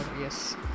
yes